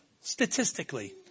statistically